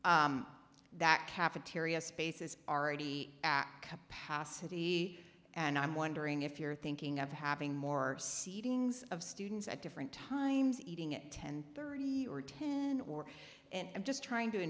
burbank that cafeteria space is already at capacity and i'm wondering if you're thinking of having more seedings of students at different times eating at ten thirty or ten or and just trying to